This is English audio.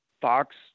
Fox